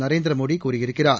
நரேந்திர மோடி கூறியிருக்கிறார்